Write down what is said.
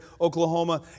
Oklahoma